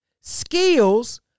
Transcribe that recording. Skills